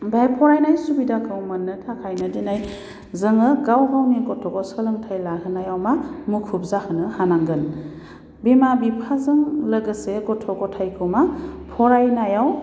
ओमफ्राय फरायनाय सुबिदाखौ मोन्नो थाखायनो दिनै जोङो गाव गावनि गथ'खौ सोलोंथाय लाहोनायाव मा मुखुब जाहोनो हानांगोन बिमा बिफाजों लोगोसे गथ' गथायखौ मा फरायनायाव